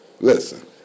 Listen